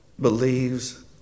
believes